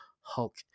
Hulk